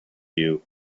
you